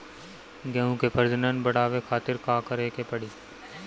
गेहूं के प्रजनन बढ़ावे खातिर का करे के पड़ी?